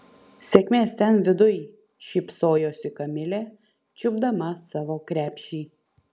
sėkmės ten viduj šypsojosi kamilė čiupdama savo krepšį